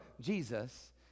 jesus